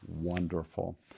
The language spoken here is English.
wonderful